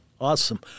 Awesome